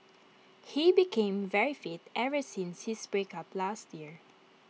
he became very fit ever since his breakup last year